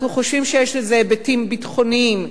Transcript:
אנחנו חושבים שיש לזה היבטים ביטחוניים,